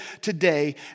today